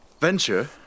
Venture